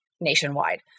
nationwide